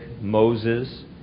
Moses